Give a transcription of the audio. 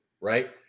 right